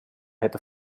hätte